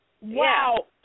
Wow